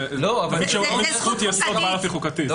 זאת זכות יסוד בעלת אופי חוקתי.